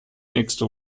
nächste